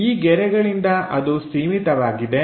ಈ ಗೆರೆಗಳಿಂದ ಅದು ಸೀಮಿತವಾಗಿದೆ